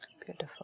Beautiful